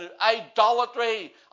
idolatry